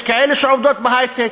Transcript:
יש כאלה שעובדות בהיי-טק.